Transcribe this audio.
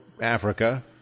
Africa